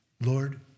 Lord